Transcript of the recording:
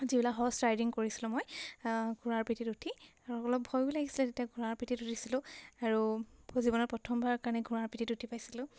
যিবিলাক horse riding কৰিছিলোঁ মই ঘোঁৰা পিঠিত উঠি আৰু অলপ ভয়ো লাগিছিলে তেতিয়া ঘোঁৰাৰ পিঠিত উঠিছিলোঁ আৰু মোৰ জীৱনৰ প্ৰথমবাৰ কাৰণে ঘোঁৰাৰ পিঠিত উঠি পাইছিলোঁ